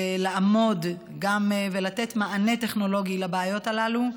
לעמוד ולתת מענה טכנולוגי לבעיות הללו.